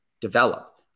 develop